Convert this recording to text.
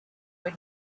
when